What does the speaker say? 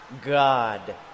God